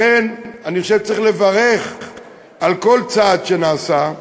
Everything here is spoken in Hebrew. לכן, אני חושב שצריך לברך על כל צעד שנעשה,